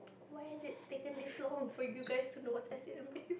why has it taken this long for you guys to know what's acid and base